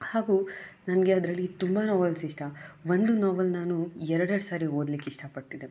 ಹಾಗೂ ನನಗೆ ಅದರಲ್ಲಿ ತುಂಬ ನೋವೆಲ್ಸ್ ಇಷ್ಟ ಒಂದು ನೋವೆಲ್ ನಾನು ಎರಡೆರಡು ಸಾರಿ ಓದ್ಲಿಕ್ಕೆ ಇಷ್ಟಪಟ್ಟಿದ್ದೆ